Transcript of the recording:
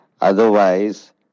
Otherwise